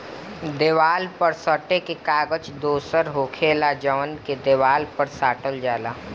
देवाल पर सटे के कागज दोसर होखेला जवन के देवाल पर साटल जाला